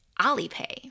Alipay